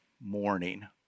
morning